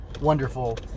wonderful